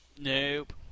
Nope